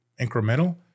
incremental